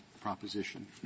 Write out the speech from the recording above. proposition